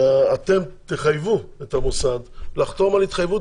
שאתם תחייבו את המוסד לחתום על התחייבות